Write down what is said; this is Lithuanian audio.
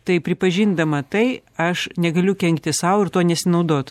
tai pripažindama tai aš negaliu kenkti sau ir tuo nesinaudot